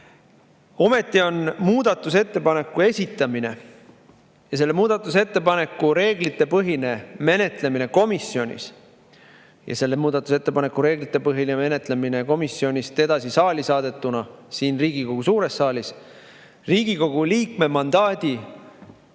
Ometi on muudatusettepaneku esitamine, selle muudatusettepaneku reeglitepõhine menetlemine komisjonis ja selle muudatusettepaneku reeglitepõhine menetlemine komisjonist edasi saali saadetuna siin Riigikogu suures saalis Riigikogu liikme mandaadi